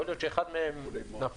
יכול להיות שאחד מהם נפל,